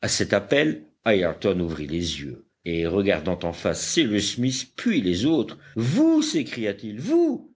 à cet appel ayrton ouvrit les yeux et regardant en face cyrus smith puis les autres vous s'écria-t-il vous